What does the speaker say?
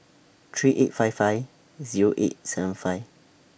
three eight five five Zero eight seven five